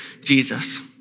Jesus